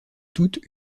toutes